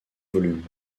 volumes